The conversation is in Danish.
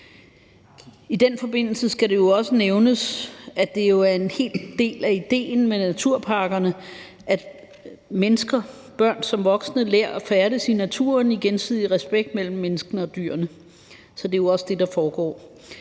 I den forbindelse skal det jo også nævnes, at det er en del af idéen med naturparkerne, at mennesker – børn som voksne – lærer at færdes i naturen i gensidig respekt mellem menneskene og dyrene. Så det er jo også det, der foregår.